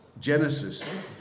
Genesis